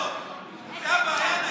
אבל אתם בממשלה,